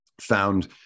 found